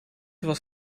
was